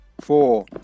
four